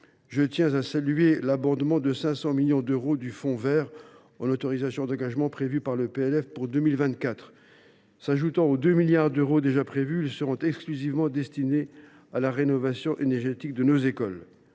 ce titre, je salue l’abondement de 500 millions d’euros du fonds vert en autorisations d’engagement prévu dans le projet de loi de finances pour 2024. S’ajoutant aux 2 milliards d’euros déjà prévus, ils seront exclusivement destinés à la rénovation énergétique de nos écoles.